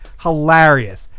hilarious